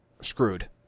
screwed